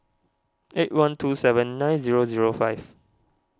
eight one two seven nine zero zero five